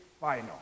final